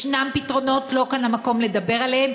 יש פתרונות, לא כאן המקום לדבר עליהם.